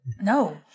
No